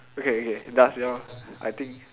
okay okay does your I think